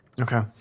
okay